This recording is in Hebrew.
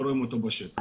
לא רואים אותו בשטח,